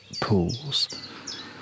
pools